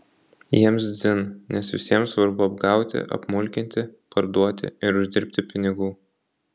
jiems dzin nes visiems svarbu apgauti apmulkinti parduoti ir uždirbti pinigų